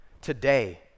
Today